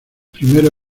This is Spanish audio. primero